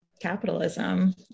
capitalism